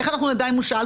איך נדע אם הוא שאל?